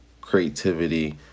creativity